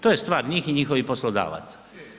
To je stvar njih i njihovih poslodavaca.